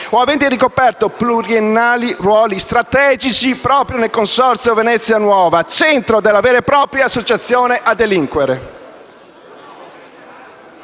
hanno ricoperto pluriennali ruoli strategici proprio nel Consorzio Venezia nuova, centro di una vera e propria associazione a delinquere,